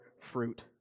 fruit